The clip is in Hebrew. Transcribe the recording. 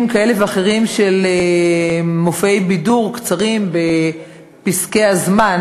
כאלה ואחרים של מופעי בידור קצרים בפסקי הזמן